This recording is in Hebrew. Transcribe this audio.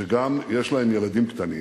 שגם יש להן ילדים קטנים